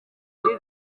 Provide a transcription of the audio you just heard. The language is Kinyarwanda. muri